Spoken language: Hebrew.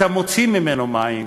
אתה מוציא ממנו מים.